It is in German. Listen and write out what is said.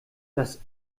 das